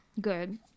good